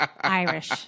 Irish